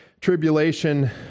tribulation